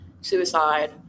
suicide